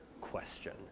question